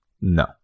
No